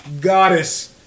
goddess